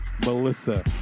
Melissa